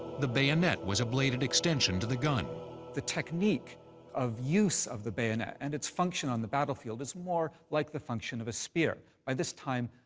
the bayonet was a bladed extension to the gun. forgeng the technique of use of the bayonet, and its function on the battlefield, is more like the function of a spear. by this time,